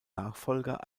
nachfolger